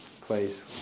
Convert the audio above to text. place